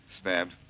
Stabbed